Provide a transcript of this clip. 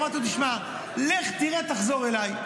אמרתי לו: תשמע, לך, תראה, תחזור אליי.